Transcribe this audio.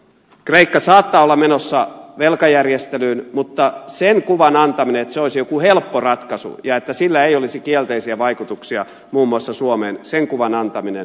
kreikka saattaa olla menossa velkajärjestelyyn mutta sen kuvan antaminen että se olisi joku helppo ratkaisu ja että sillä ei olisi kielteisiä vaikutuksia muun muassa suomeen on väärän kuvan antamista